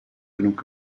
genug